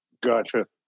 Gotcha